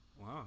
Wow